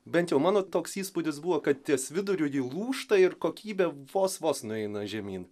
bent jau mano toks įspūdis buvo kad ties viduriu įlūžta ir kokybė vos vos nueina žemyn